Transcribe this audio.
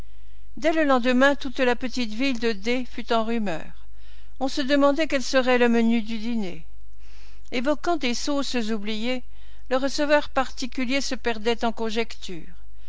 dès le lendemain toute la petite ville de d fut en rumeur on se demandait quel serait le menu du dîner évoquant des sauces oubliées le receveur particulier se perdait en conjectures